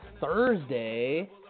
Thursday